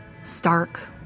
Stark